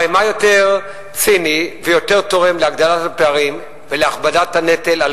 הרי מה יותר ציני ויותר תורם להגדלת הפערים ולהכבדת הנטל על